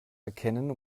erkennen